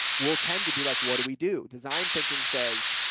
we'll tend to be like, what do we do? design thinking says,